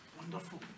Wonderful